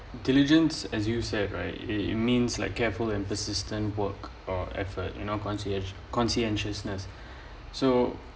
diligence as you said right it it means like careful and persistence work or effort you know concierge~ conscientiousness so